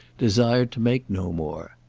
desired to make no more.